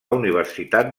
universitat